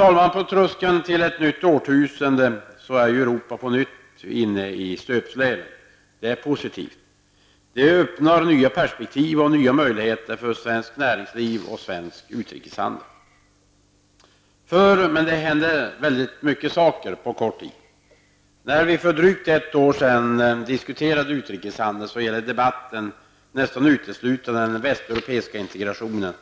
Så här på tröskeln till ett nytt årtusende är Europa på nytt i stöpsleven, och det är positivt. Det innebär en öppning när det gäller nya perspektiv och möjligheter för svenskt näringsliv och för svensk utrikeshandel. Det är mycket som händer på kort tid. När vi för drygt ett år sedan diskuterade utrikeshandeln gällde debatten nästan uteslutande den västeuropeiska integrationen